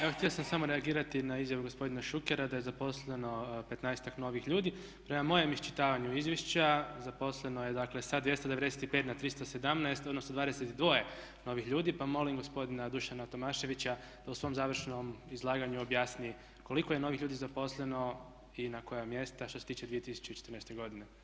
Evo htio sam samo reagirati na izjavu gospodina Šukera da je zaposleno petnaestak novih ljudi, prema mojem iščitavanju izvješća zaposleno je dakle sa 295 na 317, odnosno 22 novih ljudi, pa molim gospodina Dušana Tomaševića da u svom završnom izlaganju objasni koliko je novih ljudi zaposleno i na koja mjesta što se tiče 2014.godine.